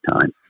time